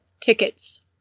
tickets